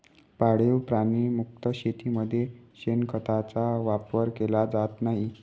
पाळीव प्राणी मुक्त शेतीमध्ये शेणखताचा वापर केला जात नाही